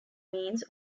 means